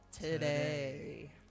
today